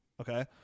okay